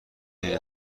این